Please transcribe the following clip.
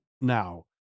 now